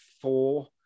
four